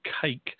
cake